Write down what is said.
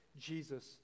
Jesus